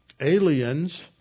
aliens